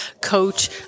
coach